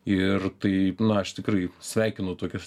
ir tai na aš tikrai sveikinu tokias